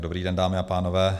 Dobrý den, dámy a pánové.